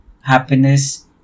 happiness